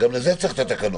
לזה צריך את התקנות.